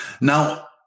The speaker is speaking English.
now